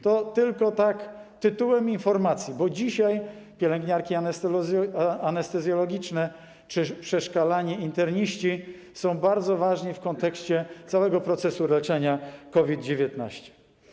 To tylko tak tytułem informacji, bo dzisiaj pielęgniarki anestezjologiczne czy przeszkalani interniści są bardzo ważni w kontekście całego procesu leczenia COVID-19.